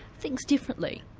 thinks differently.